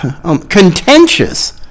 contentious